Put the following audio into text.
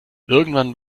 irgendwann